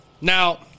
Now